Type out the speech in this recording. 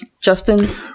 Justin